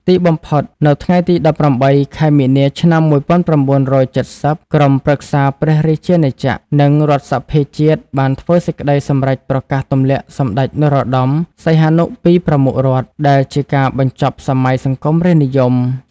ទីបំផុត នៅថ្ងៃទី ១៨ ខែមីនា ឆ្នាំ ១៩៧០ ក្រុមប្រឹក្សាព្រះរាជាណាចក្រ និងរដ្ឋសភាជាតិបានធ្វើសេចក្ដីសម្រេចប្រកាសទម្លាក់សម្ដេចនរោត្តម សីហនុពីប្រមុខរដ្ឋ ដែលជាការបញ្ចប់សម័យសង្គមរាស្ត្រនិយម។